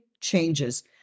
changes